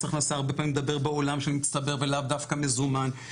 הכנסה הרבה פעמים מדבר בעולם של מצטבר לאו דווקא מזומן,